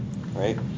right